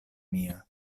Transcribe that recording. mia